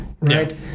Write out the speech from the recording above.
right